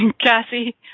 Cassie